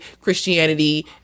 Christianity